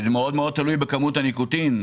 זה מאוד תלוי בכמות הניקוטין.